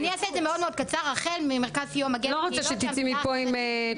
אני אעשה את זה קצר -- לא רוצה שתצאי מפה עם תחושה חמוצה.